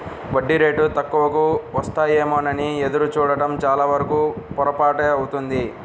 వడ్డీ రేటు తక్కువకు వస్తాయేమోనని ఎదురు చూడడం చాలావరకు పొరపాటే అవుతుంది